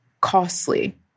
costly